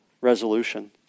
resolution